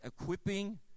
equipping